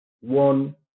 one